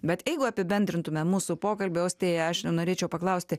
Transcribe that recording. bet jeigu apibendrintume mūsų pokalbį austėją aš norėčiau paklausti